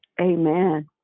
Amen